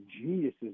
geniuses